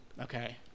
Okay